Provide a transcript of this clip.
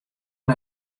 der